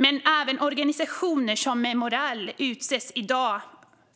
Men även organisationer som Memorial utsätts i dag